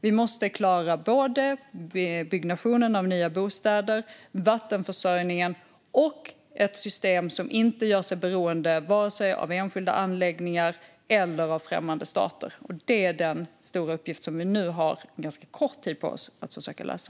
Vi måste klara både byggnationen av nya bostäder, vattenförsörjningen och ett system som inte gör sig beroende av vare sig enskilda anläggningar eller främmande stater. Det är den stora uppgift som vi nu har ganska kort tid på oss att försöka lösa.